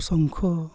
ᱥᱚᱝᱠᱷᱚ